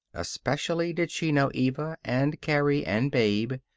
especially did she know eva, and carrie, and babe.